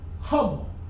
humble